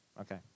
Okay